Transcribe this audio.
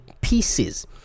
pieces